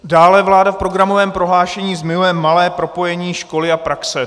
Dále vláda v programovém prohlášení zmiňuje malé propojení školy a praxe.